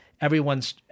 everyone's